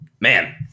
Man